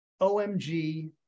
OMG